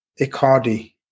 Icardi